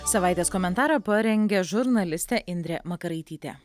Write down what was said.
savaitės komentarą parengė žurnalistė indrė makaraitytė